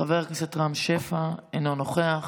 חבר הכנסת רם שפע, אינו נוכח,